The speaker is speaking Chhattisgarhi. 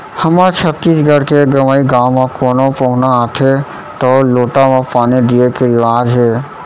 हमर छत्तीसगढ़ के गँवइ गाँव म कोनो पहुना आथें तौ लोटा म पानी दिये के रिवाज हे